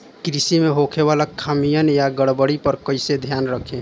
कृषि में होखे वाला खामियन या गड़बड़ी पर कइसे ध्यान रखि?